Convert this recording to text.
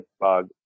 bug